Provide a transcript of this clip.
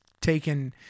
taken